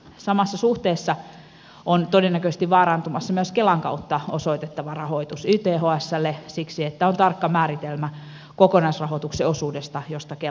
samassa suhteessa on todennäköisesti vaarantumassa myös kelan kautta osoitettava rahoitus ythslle siksi että on tarkka määritelmä kokonaisrahoituksen osuudesta josta kela vastaa